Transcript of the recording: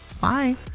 bye